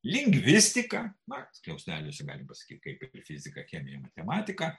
lingvistika na skliausteliuose galime pasakyti kaip fizika chemija matematika